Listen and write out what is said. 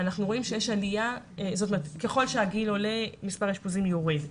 אנחנו רואים שככל שהגיל עולה מספר האשפוזים יורדים,